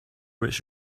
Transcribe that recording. which